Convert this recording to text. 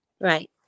Right